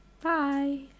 Bye